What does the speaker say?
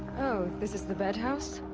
oh. this is the bed house?